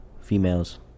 females